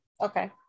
Okay